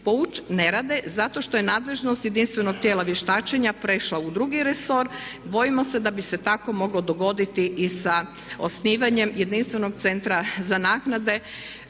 ne rade zato što je nadležnost jedinstvenog tijela vještačenja prešla u drugi resor. Bojimo se da bi se tako moglo dogoditi i sa osnivanjem jedinstvenog Centra za naknade